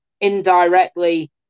indirectly